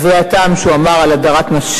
וזה יישאר.